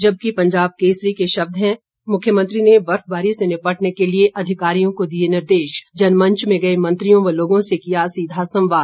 जबकि पंजाब केसरी के शब्द हैं मुख्यमंत्री ने बर्फबारी से निपटने के लिये अधिकारियों को दिये निर्देश जनमंच में गए मंत्रियों व लोगों से किया सीधा संवाद